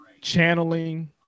channeling